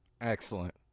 Excellent